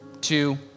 two